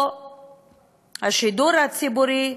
או השידור הציבורי,